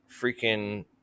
freaking